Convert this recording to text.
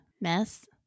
mess